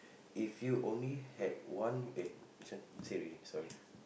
if you only had one eh this one say already sorry